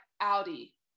Audi